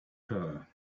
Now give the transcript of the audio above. her